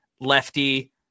lefty